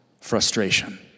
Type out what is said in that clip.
frustration